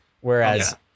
Whereas